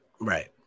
right